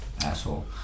asshole